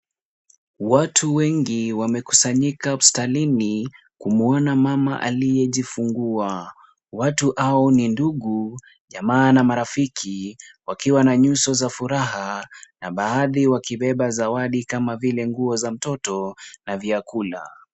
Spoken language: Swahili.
Watu wengi wamekusanyika hospitalini kumuona mama aliyejifungua. Watu hao ni ndugu, jamaa na marafiki wakiwa na nyuso za furaha na baadhi wakibeba zawadi kama vile nguo za mtoto na vyakula.